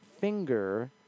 finger